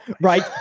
Right